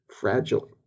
fragile